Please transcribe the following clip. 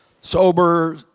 sober